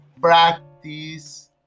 practice